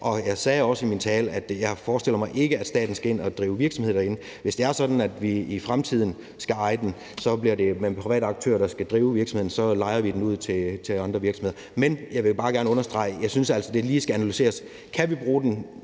Jeg sagde også i min tale, at jeg ikke forestiller mig, at staten skal ind at drive virksomheder. Hvis det er sådan, at vi i fremtiden skal eje den, bliver det med en privat aktør, der skal drive virksomheden; så lejer vi den ud til andre virksomheder. Men jeg vil bare gerne understrege, at jeg altså synes, at det lige skal analyseres. Kan vi bruge den